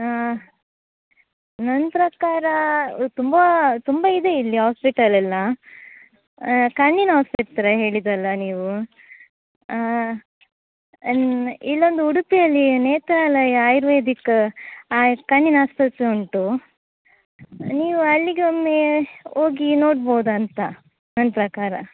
ಹಾಂ ನನ್ನ ಪ್ರಕಾರ ತುಂಬ ತುಂಬ ಇದೆ ಇಲ್ಲಿ ಹಾಸ್ಪಿಟಲೆಲ್ಲಾ ಕಣ್ಣಿನ ಆಸ್ಪತ್ರೆ ಹೇಳಿದ್ದಲ್ಲಾ ನೀವು ಇಲ್ಲೊಂದು ಉಡುಪಿಯಲ್ಲಿ ನೇತ್ರಾಲಯ ಆಯುರ್ವೇದಿಕ್ ಆಯ್ ಕಣ್ಣಿನ ಆಸ್ಪತ್ರೆ ಉಂಟು ನೀವು ಅಲ್ಲಿಗೆ ಒಮ್ಮೆ ಹೋಗಿ ನೋಡ್ಬೋದಾಂತ ನನ್ನ ಪ್ರಕಾರ